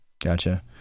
gotcha